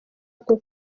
ako